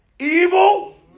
Evil